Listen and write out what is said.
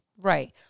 Right